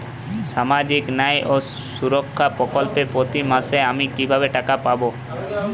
সামাজিক ন্যায় ও সুরক্ষা প্রকল্পে প্রতি মাসে আমি কিভাবে টাকা পাবো?